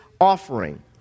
offering